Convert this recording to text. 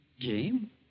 Game